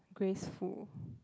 Grace-Fu